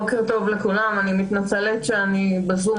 בוקר טוב לכולם, אני מתנצלת שאני בזום.